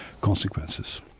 consequences